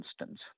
instance